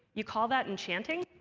you call that enchanting?